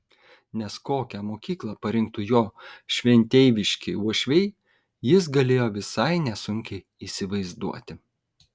nes kokią mokyklą parinktų jo šventeiviški uošviai jis galėjo visai nesunkiai įsivaizduoti